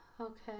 Okay